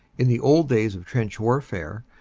in the old days of trench warfare,